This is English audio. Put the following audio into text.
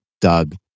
Doug